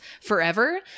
forever